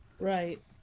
right